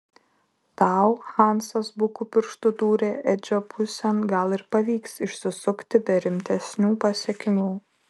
tau hansas buku pirštu dūrė edžio pusėn gal ir pavyks išsisukti be rimtesnių pasekmių